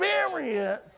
experience